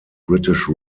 british